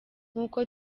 nk’uko